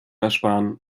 ersparen